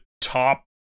top